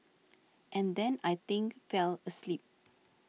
and then I think fell asleep